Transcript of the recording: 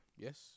Yes